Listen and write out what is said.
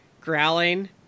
growling